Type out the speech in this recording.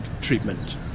treatment